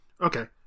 Okay